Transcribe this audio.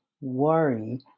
worry